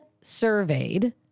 surveyed